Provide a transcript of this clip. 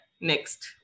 Next